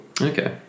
Okay